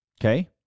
Okay